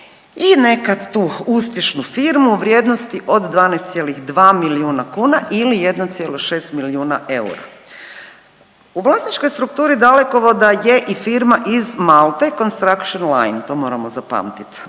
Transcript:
i nekad tu uspješnu firmu u vrijednosti od 12,2 milijuna kuna ili 1,6 milijuna eura. U vlasničkoj strukturi Dalekovoda je i firma iz Malte Construction Line, to moramo zapamtiti,